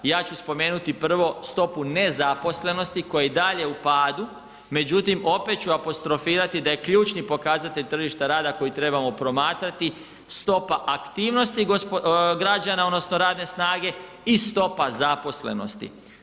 Ja ću spomenuti prvo stopu nezaposlenosti koji je i dalje u padu, međutim opet ću apostrofirati da je ključni pokazatelj tržišta rada koji trebamo promatrati stopa aktivnosti građana odnosno radne snage i stopa zaposlenosti.